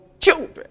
children